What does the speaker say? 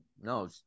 no